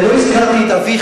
ולא הזכרתי את אביך,